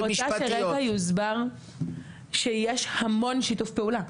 אני רוצה שיוסבר שיש הרבה מאוד שיתוף פעולה.